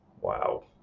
Wow